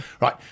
Right